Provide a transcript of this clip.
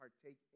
partake